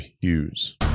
Hughes